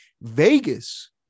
Vegas